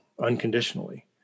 unconditionally